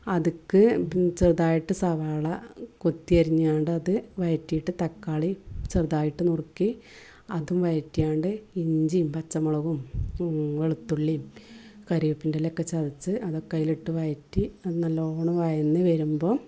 അതിലേക്കു ചെറുതായിട്ട് സവാള കൊത്തിയരിഞ്ഞു കൊണ്ടത് വഴറ്റിയിട്ട് തക്കാളി ചെറുതായിട്ട് നുറുക്കി അതും വയറ്റി കൊണ്ട് ഇഞ്ചീ പച്ചമുളകും വെളുത്തുള്ളിയും കരിവേപ്പിൻ്റെ ഇലയും ഒക്കെ ചതച്ച് അതൊക്കെ അതിലിട്ടു വയറ്റി അതു നല്ലവണ്ണം വയന്നു വരുമ്പോൾ